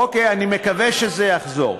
אוקיי, אני מקווה שזה יחזור.